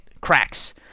cracks